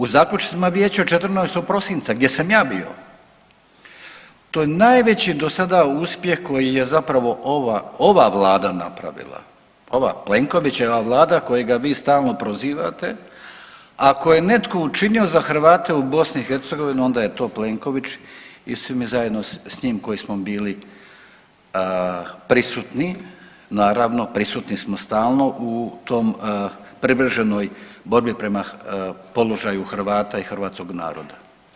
U zaključcima vijeća 14. prosinca gdje sam ja bio, to je najveći do sada uspjeh koji je zapravo ova, ova vlada napravila, ova Plenkovićeva vlada kojega vi stalno prozivate, ako je netko učinio za Hrvate u BiH onda je to Plenković i svi mi zajedno s njim koji smo bili prisutni, naravno prisutni smo stalno u tom privrženoj borbi prema položaju Hrvata i hrvatskog naroda.